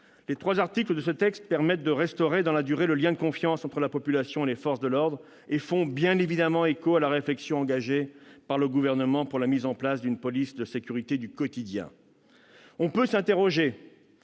Les trois articles de ce texte permettent de restaurer dans la durée le lien de confiance entre la population et les forces de l'ordre, et font bien évidemment écho à la réflexion engagée par le Gouvernement pour la mise en place d'une police de sécurité du quotidien. On peut s'interroger